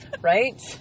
Right